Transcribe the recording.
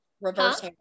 reverse